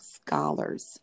scholars